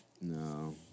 No